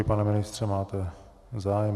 Pane ministře, máte zájem?